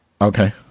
okay